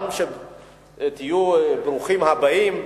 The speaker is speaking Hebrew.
תהיו ברוכים הבאים.